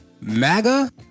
MAGA